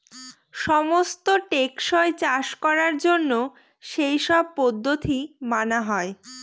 সমস্ত টেকসই চাষ করার জন্য সেই সব পদ্ধতি মানা হয়